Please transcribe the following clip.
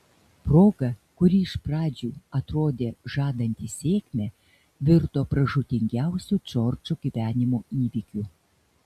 proga kuri iš pradžių atrodė žadanti sėkmę virto pražūtingiausiu džordžo gyvenimo įvykiu